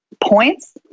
points